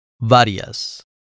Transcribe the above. varias